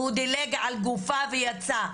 והוא דילג על גופה ויצא.